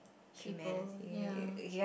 people ya